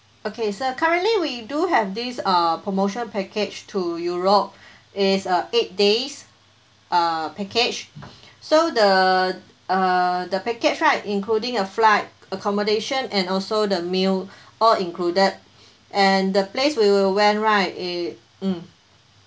okay so currently we do have this uh promotion package to europe is uh eight days uh package so the uh the package right including uh flight accommodation and also the meal all included and the place we will went right it mm